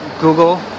Google